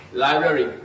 library